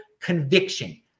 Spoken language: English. conviction